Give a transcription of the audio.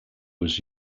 was